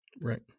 Right